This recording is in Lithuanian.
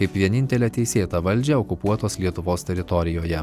kaip vienintelę teisėtą valdžią okupuotos lietuvos teritorijoje